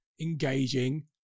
engaging